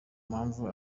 mpamvu